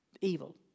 evil